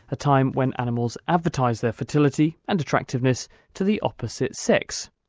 a time when animals advertise their fertility and attractiveness to the opposite sex.